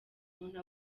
umuntu